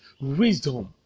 wisdom